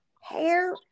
hair